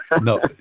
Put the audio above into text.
No